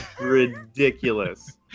ridiculous